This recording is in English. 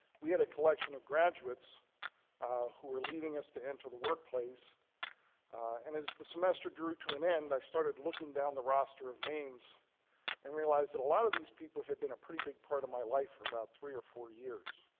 we had a collection of graduates who leaving us to enter the workplace and as the semester drew to an end, i started looking down the roster of names and realized that a lot of these people have been a pretty big part of my life for about three or four years.